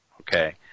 Okay